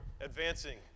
advancing